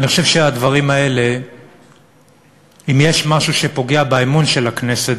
אני חושב שאם יש משהו שפוגע באמון של הציבור בכנסת,